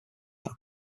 have